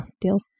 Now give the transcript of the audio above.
Deals